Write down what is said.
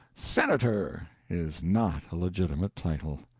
senator is not a legitimate title.